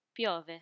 Piove